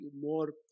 more